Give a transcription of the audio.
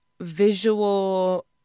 visual